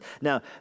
Now